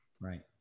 Right